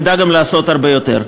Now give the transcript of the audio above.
נדע גם לעשות הרבה יותר.